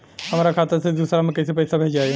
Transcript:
हमरा खाता से दूसरा में कैसे पैसा भेजाई?